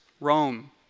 Rome